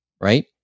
Right